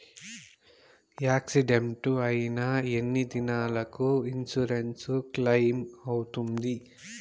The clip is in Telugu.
యాక్సిడెంట్ అయిన ఎన్ని దినాలకు ఇన్సూరెన్సు క్లెయిమ్ అవుతుంది?